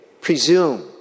presume